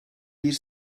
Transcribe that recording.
bir